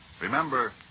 Remember